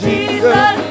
Jesus